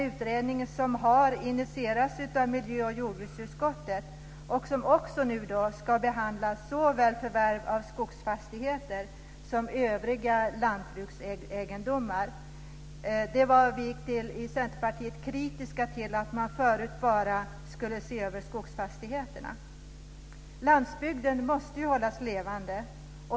Den har initierats av miljö och jordbruksutskottet och ska behandla förvärv av både skogsfastigheter och övriga lantbruksegendomar. Vi i Centerpartiet var kritiska till att man förut bara skulle se över skogsfastigheterna. Landsbygden måste hållas levande.